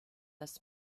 das